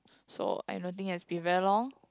so I don't think it has been very long